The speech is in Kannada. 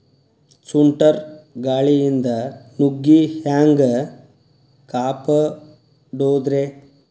ಸುಂಟರ್ ಗಾಳಿಯಿಂದ ನುಗ್ಗಿ ಹ್ಯಾಂಗ ಕಾಪಡೊದ್ರೇ?